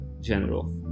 general